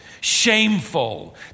shameful